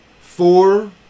four